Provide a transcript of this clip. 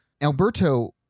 Alberto